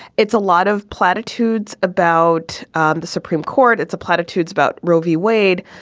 it's a lot of platitudes about the supreme court. it's a platitudes about roe v. wade.